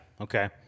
Okay